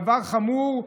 דבר חמור,